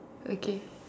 okay